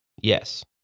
Yes